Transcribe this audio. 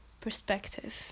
perspective